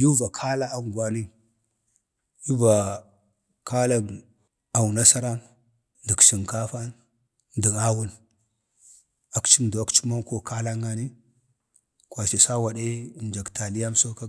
﻿yuu va kalg awungwanin yuu va kalag awunasaran, dək sənkafan, dən awun. akciəm doo akci mənko kalangane, kwaci sawadee ənjak taliyamso ko